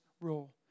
rule